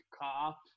cop